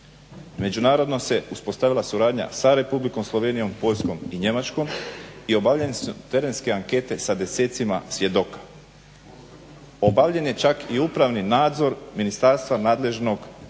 Međunarodno se uspostavila suradnja sa Republikom Slovenijom, Poljskom i Njemačkom i obavljene su terenske ankete sa desecima svjedoka. Obavljen je čak i upravni nadzora ministarstva nadležnog za